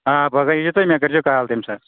آ پَگاہ ییٖزیو تُہۍ مےٚ کٔرۍزیو کال تَمہِ ساتہٕ